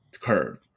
Curve